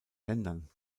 ländern